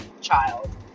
child